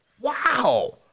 Wow